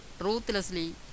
ruthlessly